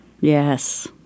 Yes